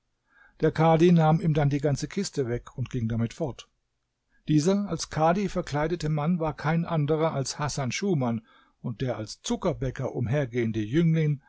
der kadhi nahm ihm dann die ganze kiste weg und ging damit fort dieser als kadhi verkleidete mann war kein anderer als hasan schuman und der als zuckerbäcker umhergehende jüngling